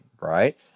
right